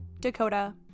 Dakota